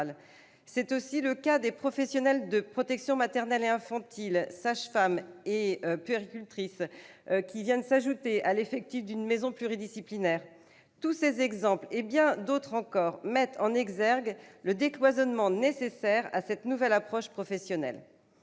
C'est enfin le cas des professionnels de la protection maternelle et infantile, sages-femmes et puéricultrices, qui viennent s'ajouter à l'effectif d'une maison pluridisciplinaire. Tous ces exemples parmi d'autres mettent en exergue le décloisonnement nécessaire à cette nouvelle approche professionnelle.